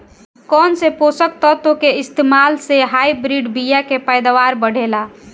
कौन से पोषक तत्व के इस्तेमाल से हाइब्रिड बीया के पैदावार बढ़ेला?